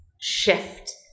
shift